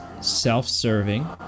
self-serving